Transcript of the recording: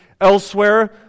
elsewhere